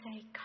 say